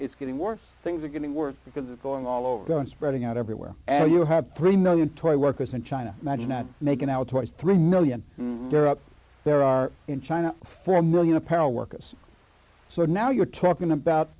it's getting worse things are getting worse because it's going all over and spreading out everywhere and you have three million toy workers in china many not making outwards three million there are up there are in china for a one million apparel workers so now you're talking about